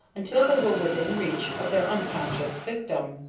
until they were within reach of their unconscious victim.